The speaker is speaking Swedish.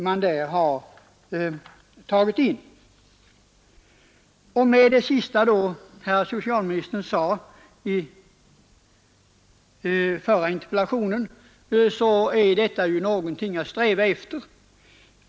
Enligt det sista socialministern sade med anledning av den förra interpellationen är detta någonting att sträva efter.